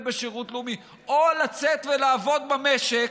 בשירות לאומי או לצאת ולעבוד במשק,